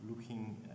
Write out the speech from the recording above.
looking